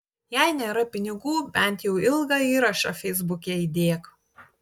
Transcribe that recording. jei nėra pinigų bent jau ilgą įrašą feisbuke įdėk